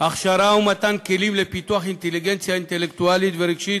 הכשרה ומתן כלים לפיתוח אינטליגנציה אינטלקטואלית ורגשית,